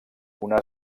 una